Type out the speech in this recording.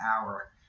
hour